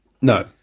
No